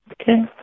Okay